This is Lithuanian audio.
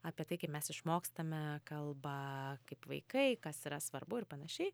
apie tai kaip mes išmokstame kalbą kaip vaikai kas yra svarbu ir panašiai